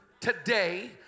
today